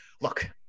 Look